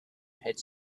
had